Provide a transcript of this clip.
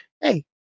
Hey